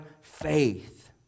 faith